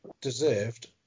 deserved